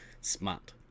smart